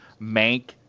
Mank